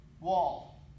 wall